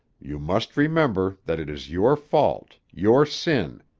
you must remember that it is your fault, your sin.